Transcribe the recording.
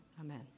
Amen